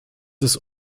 ist